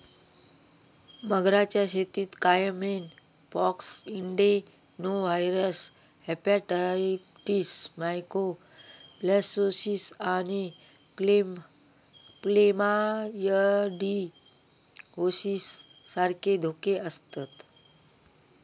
मगरांच्या शेतीत caiman pox, adenoviral hepatitis, mycoplasmosis आणि क्लेमायडिओसिस सारखे धोके आसतत